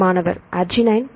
மாணவர் அர்ஜினைன்